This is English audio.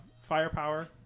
firepower